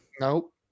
Nope